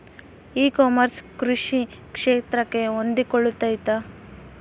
E commerce ಕೃಷಿ ಕ್ಷೇತ್ರಕ್ಕೆ ಹೊಂದಿಕೊಳ್ತೈತಾ?